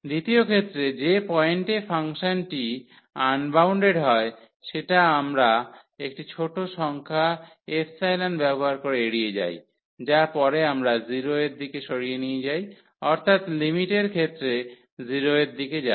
দ্বিতীয় ক্ষেত্রে যে পয়েন্টে ফাংশনটি আনবাউন্ডেড হয় সেটা আমরা একটি ছোট সংখ্যার ব্যবহার করে এড়িয়ে যাই যা পরে আমরা 0 এর দিকে সরিয়ে নিয়ে যাই অর্থাৎ লিমিটের ক্ষেত্রে 0 এর দিকে যায়